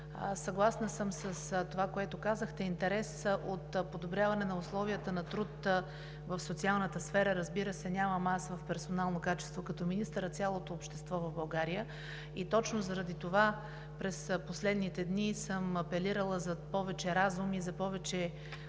съгласна съм с това, което казахте. Интерес от подобряване на условията на труд в социалната сфера, разбира се, нямам аз в персонално качество като министър, а цялото общество в България и точно заради това през последните дни съм апелирала за повече разум и за повече